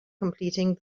completing